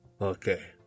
Okay